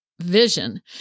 vision